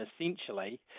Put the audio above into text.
essentially